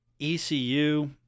ECU